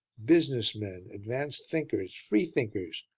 business men, advanced thinkers, freethinkers,